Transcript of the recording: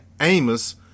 Amos